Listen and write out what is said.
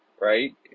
right